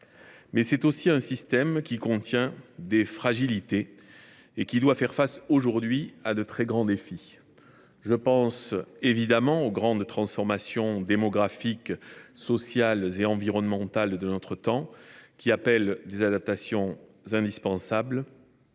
c’est aussi un système qui présente des fragilités et qui doit faire face, aujourd’hui, à de très grands défis. Je pense évidemment aux transformations démographiques, sociales et environnementales de notre temps, qui appellent des adaptations indispensables.